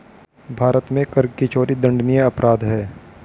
भारत में कर की चोरी दंडनीय अपराध है